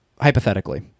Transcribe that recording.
hypothetically